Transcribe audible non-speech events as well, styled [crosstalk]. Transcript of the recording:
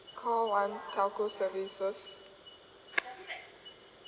call one telco services [noise]